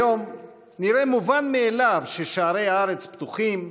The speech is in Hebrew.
היום נראה מובן מאליו ששערי הארץ פתוחים,